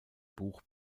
buch